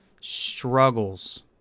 struggles